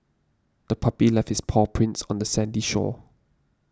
the puppy left its paw prints on the sandy shore